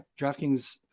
DraftKings